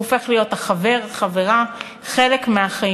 הוא הופך להיות החבר, החברה, חלק מהחיים.